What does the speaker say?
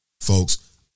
Folks